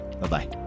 Bye-bye